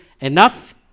enough